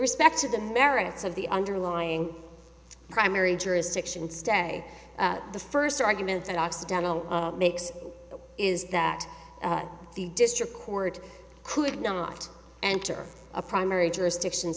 respect to the merits of the underlying primary jurisdiction stay the first argument that occidental makes is that the district court could not enter a primary jurisdiction